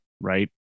right